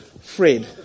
Fred